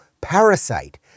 parasite